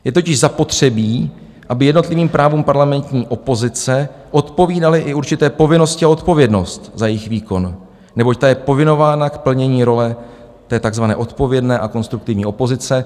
Je totiž zapotřebí, aby jednotlivým právům parlamentní opozice odpovídaly i určité povinnosti a odpovědnost za jejich výkon, neboť ta je povinována k plnění role té tzv. odpovědné a konstruktivní opozice.